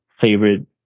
favorite